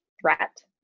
threat